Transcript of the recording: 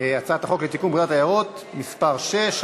הצעת החוק לתיקון פקודת היערות (מס' 6),